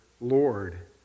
Lord